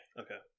okay